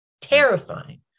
Terrifying